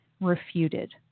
refuted